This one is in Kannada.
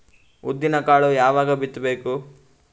ಉದ್ದಿನಕಾಳು ಯಾವಾಗ ಬಿತ್ತು ಬೇಕು?